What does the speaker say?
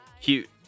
cute